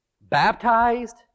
Baptized